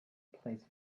place